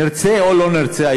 נרצה או לא נרצה,